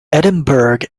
edinburgh